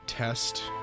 Test